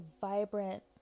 vibrant